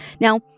now